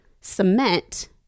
cement